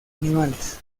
animales